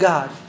God